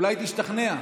אולי תשתכנע.